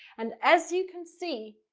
and as you can see,